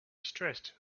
stressed